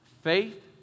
Faith